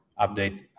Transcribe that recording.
update